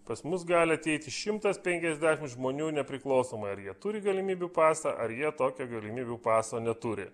pas mus gali ateiti šimtas penkiasdešim žmonių nepriklausomai ar jie turi galimybių pasą ar jie tokio galimybių paso neturi